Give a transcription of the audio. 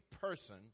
person